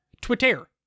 Twitter